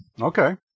Okay